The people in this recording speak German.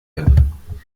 werden